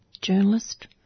journalist